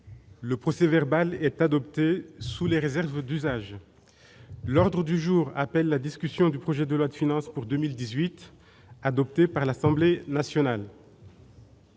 le procès verbal est adoptée sous les réserves d'usage, l'ordre du jour appelle la discussion du projet de loi de finances pour 2018 adopté par l'Assemblée nationale.